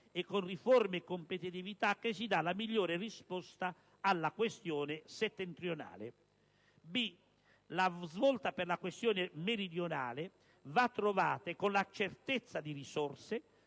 è con riforme e competitività che si dà la migliore risposta alla «questione settentrionale». La svolta per la «questione meridionale» va trovata con certezza di risorse,